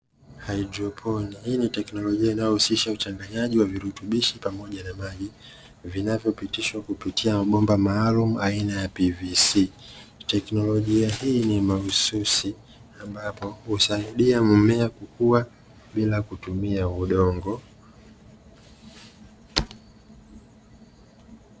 Haidroponi, hii ni teknolojia inayohusisha uchanganyaji wa virutubishi pamoja na maji vinavyopitishwa kupitia mabomba maalum aina ya "PVC". Teknolojia hii ni mahususi ambapo husaidia mimea kukua bila kutumia udongo.